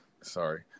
sorry